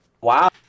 Wow